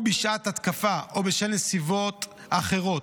או בשעת התקפה או בשל נסיבות אחרות